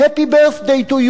Happy Birthday to you,